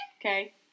Okay